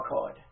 card